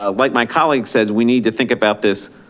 ah like my colleague says, we need to think about this